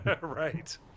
Right